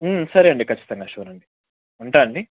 సరే అండి ఖచ్చితంగా షూర్ అండి ఉంటా అండి